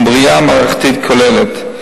בראייה מערכתית כוללת.